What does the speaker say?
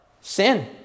Sin